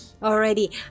already